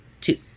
two